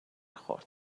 خورد